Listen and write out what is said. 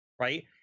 right